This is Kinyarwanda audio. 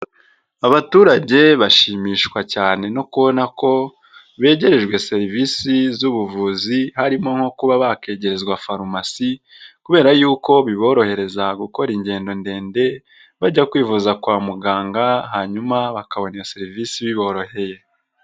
Abaturage bashimishwa cyane no kubona ko begerejwe serivisi z'ubuvuzi harimo nko kuba bakegerezwa farumasi kubera yuko biborohereza gukora ingendo ndende bajya kwivuza kwa muganga hanyuma bakabona iyo serivisi biboroheye.